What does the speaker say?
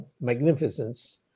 magnificence